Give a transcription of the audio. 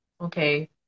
okay